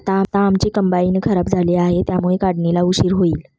आता आमची कंबाइन खराब झाली आहे, त्यामुळे काढणीला उशीर होईल